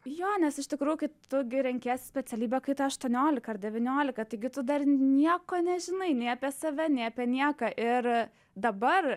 jo nes iš tikrųjų tu renkiesi specialybę kai tau aštuoniolika ar devyniolika taigi tu dar nieko nežinai nei apie save nei apie nieką ir dabar